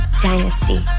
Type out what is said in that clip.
dynasty